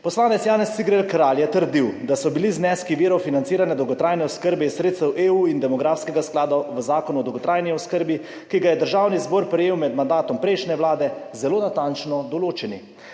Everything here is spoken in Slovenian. Poslanec Janez Cigler Kralj je trdil, da so bili zneski virov financiranja dolgotrajne oskrbe iz sredstev EU in demografskega sklada v Zakonu o dolgotrajni oskrbi, ki ga je Državni zbor prejel med mandatom prejšnje vlade, zelo natančno določeni.